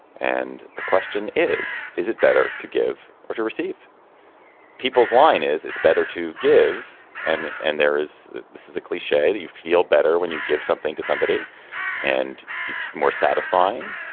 and the question is, is it better to give or to receive people's line is it's better to give. and and there is this is a cliche that you feel better when you give something to somebody and it's more satisfying,